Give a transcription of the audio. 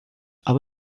aber